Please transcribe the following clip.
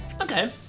Okay